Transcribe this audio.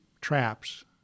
traps